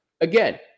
again